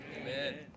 Amen